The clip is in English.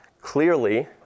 clearly